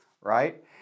right